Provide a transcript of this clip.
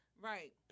right